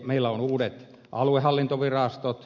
meillä on uudet aluehallintovirastot